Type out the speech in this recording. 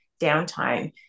downtime